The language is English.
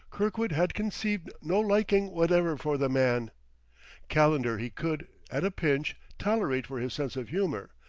kirkwood had conceived no liking whatever for the man calendar he could, at a pinch, tolerate for his sense of humor,